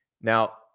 Now